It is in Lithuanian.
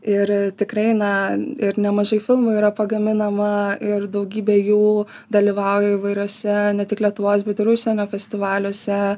ir tikrai na ir nemažai filmų yra pagaminama ir daugybė jų dalyvauja įvairiuose ne tik lietuvos bet ir užsienio festivaliuose